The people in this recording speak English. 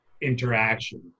interaction